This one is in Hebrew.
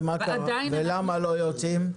ולמה לא יוצאים?